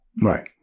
Right